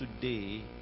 today